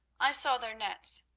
i saw their nets.